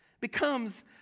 becomes